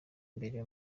imbere